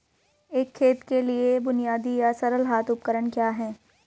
एक खेत के लिए बुनियादी या सरल हाथ उपकरण क्या हैं?